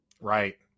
right